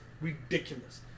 ridiculous